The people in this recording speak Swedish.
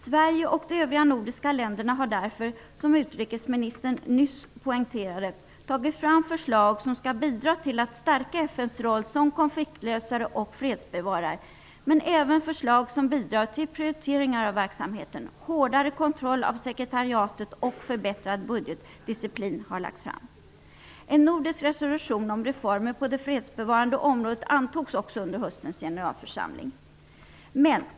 Sverige och de övriga nordiska länderna har därför, som utrikesministern nyss poängterade, tagit fram förslag som skall bidra till att stärka FN:s roll som konfliktlösare och fredsbevarare. Men även förslag som bidrar till prioriteringar av verksamheten, hårdare kontroll av sekretariatet och förbättrad budgetdisciplin har lagts fram. En nordisk resolution om reformer på det fredsbevarande området antogs också under höstens generalförsamling.